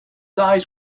eyes